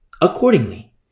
accordingly